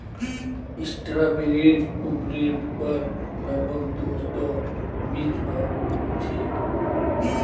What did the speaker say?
स्ट्रॉबेरीर उपरेर पर लग भग दो सौ बीज ह छे